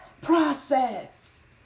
process